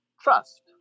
trust